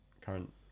current